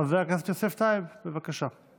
חבר הכנסת יוסף טייב, בבקשה.